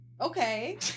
Okay